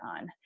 on